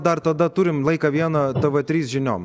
dar tada turim laiką viena tv trys žiniom